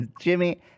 Jimmy